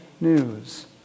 news